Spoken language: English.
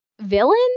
villain